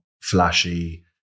flashy